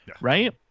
right